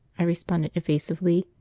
i responded evasively,